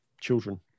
children